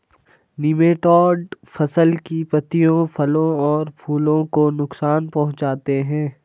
nematode फसल की पत्तियों फलों और फूलों को नुकसान पहुंचाते हैं